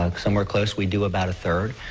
like somewhere close we do about a third.